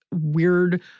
weird